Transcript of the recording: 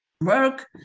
work